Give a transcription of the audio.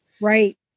Right